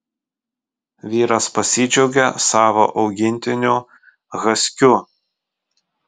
vyras pasidžiaugė savo augintiniu haskiu